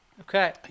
Okay